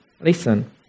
listen